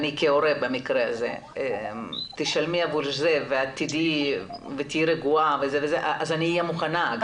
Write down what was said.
כהורה לשלם עבור זה ולהיות רגועה, אהיה מוכנה.